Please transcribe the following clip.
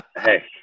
Hey